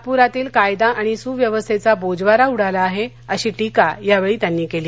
नागप्रातील कायदा आणि सुव्यवस्थात्त बोजवारा उडाला आहक्रिशी टीका यावळी त्यांनी कली